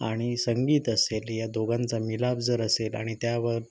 आणि संगीत असेल या दोघांचा मिलाप जर असेल आणि त्यावर